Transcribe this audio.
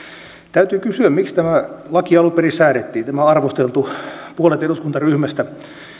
täytyy kysyä miksi tämä laki alun perin säädettiin tämä arvosteltu puolet eduskuntaryhmästä